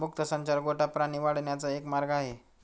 मुक्त संचार गोठा प्राणी वाढवण्याचा एक मार्ग आहे